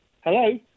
hello